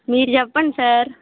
మీరు చెప్పండి సార్